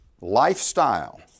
Lifestyle